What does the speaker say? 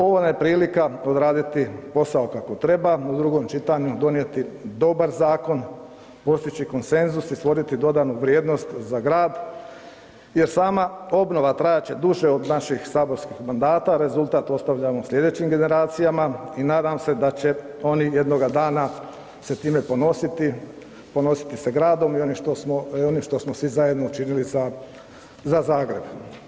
Ovo nam je prilika odraditi posao kako treba u drugom čitanju donijeti dobar zakon, postići konsenzus i stvoriti dodanu vrijednost za grad jer sama obnova trajat će duže od naših saborskih mandata, rezultat ostavljamo sljedećim generacijama i nadam se da će se oni jednoga dana time ponositi, ponositi se gradom i onim što smo svi zajedno učinili za Zagreb.